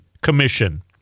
commission